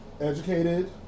educated